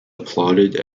applauded